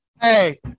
Hey